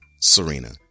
Serena